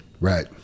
Right